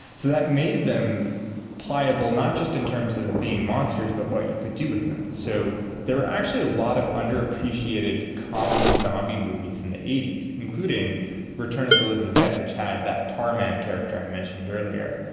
so that made them pliable not just in terms of being monsters but what you could do with them. so there were actually a lot of underappreciated comedy zombie movies in the zero eight zero s, including return of the living dead, which had that tarman character i mentioned earlier.